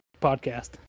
podcast